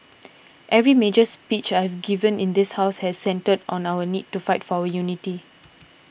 every major speech I've given in this house has centred on our need to fight for our unity